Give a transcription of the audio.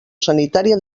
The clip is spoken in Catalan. sanitària